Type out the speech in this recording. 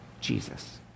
Jesus